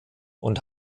und